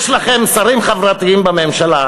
יש לכם שרים חברתיים בממשלה,